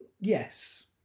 Yes